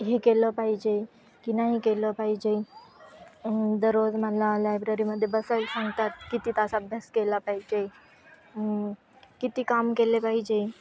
हे केलं पाहिजे की नाही केलं पाहिजे दररोज मला लायब्ररीमध्ये बसायला सांगतात किती तास अभ्यास केला पाहिजे किती काम केले पाहिजे